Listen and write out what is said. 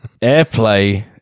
Airplay